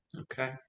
Okay